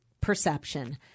perception